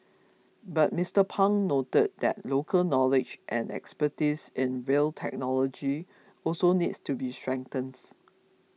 but Mister Pang noted that local knowledge and expertise in rail technology also needs to be strengthened